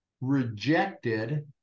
rejected